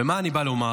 ומה אני בא לומר?